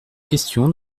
question